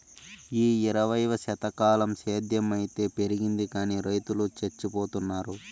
ఈ ఇరవైవ శతకంల సేద్ధం అయితే పెరిగింది గానీ రైతులు చచ్చిపోతున్నారు